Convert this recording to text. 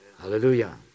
Hallelujah